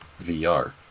VR